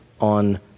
on